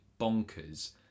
bonkers